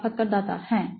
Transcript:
সাক্ষাৎকারদাতা হ্যাঁ